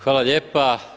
Hvala lijepa.